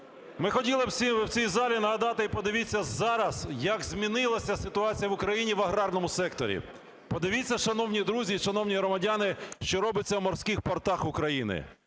Ми хотіли б всім в цій залі нагадати, і подивіться зараз, як змінилася ситуація в Україні в аграрному секторі. Подивіться, шановні друзі і шановні громадяни, що робиться в морських портах України.